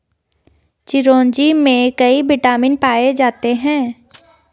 चिरोंजी में कई विटामिन पाए जाते हैं